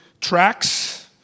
tracks